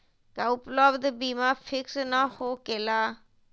का उपलब्ध बीमा फिक्स न होकेला?